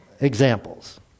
examples